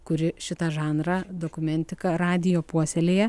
kuri šitą žanrą dokumentika radijo puoselėja